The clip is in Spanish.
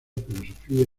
filosofía